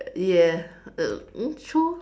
yes uh true